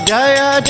Jaya